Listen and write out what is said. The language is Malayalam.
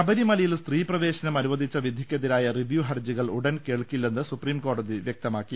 ശബരിമലയിൽ സ്ത്രീ പ്രവേശനം അനുവദിച്ച വിധിക്ക് എതിരായ റിവ്യൂ ഹർജികൾ ഉടൻ കേൾക്കില്ലെന്ന് സുപ്രീം കോടതി വൃക്തമാക്കി